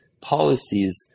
policies